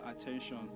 attention